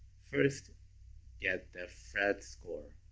first get the phred score.